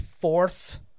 fourth